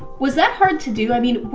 was that hard to do? i mean,